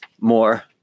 More